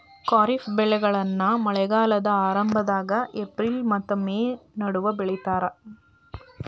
ಖಾರಿಫ್ ಬೆಳೆಗಳನ್ನ ಮಳೆಗಾಲದ ಆರಂಭದಾಗ ಏಪ್ರಿಲ್ ಮತ್ತ ಮೇ ನಡುವ ಬಿತ್ತತಾರ